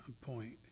point